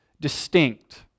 distinct